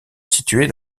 située